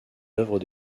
œuvres